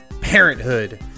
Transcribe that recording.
parenthood